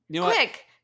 quick